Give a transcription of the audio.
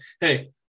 hey